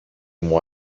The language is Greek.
μου